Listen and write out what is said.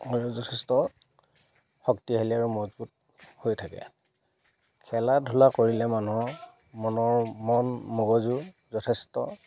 যথেষ্ট শক্তিশালী আৰু মজবুত হৈ থাকে খেলা ধূলা কৰিলে মানুহৰ মনৰ মন মগজু যথেষ্ট